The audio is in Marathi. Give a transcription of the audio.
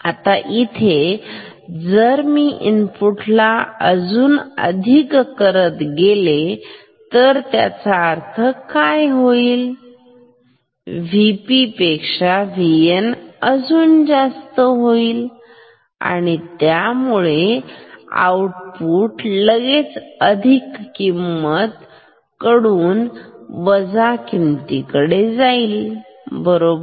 आता इथे जर मी इनपुटला अजूनच अधिक करत गेले तर त्याचा अर्थ काय होईलVP पेक्षा VN अजून जास्त अधिक होईल त्यामुळे आउटपुट लगेच अधिक किंमत कडून वजा किमतीकडे जाईल बरोबर